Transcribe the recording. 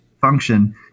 Function